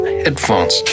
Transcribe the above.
headphones